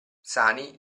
sani